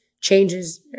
changes